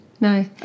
No